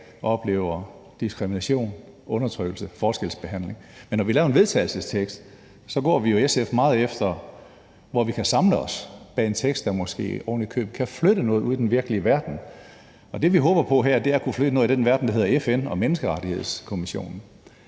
dag oplever diskrimination, undertrykkelse og forskelsbehandling. Men når vi laver en vedtagelsestekst, går vi i SF meget efter, at vi kan samle os om en tekst, der måske ovenikøbet kan flytte noget ude i den virkelige verden. Det, vi håber på her, er at kunne flytte noget i den verden, der hedder FN og Menneskerettighedskommissionen.